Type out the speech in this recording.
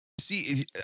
See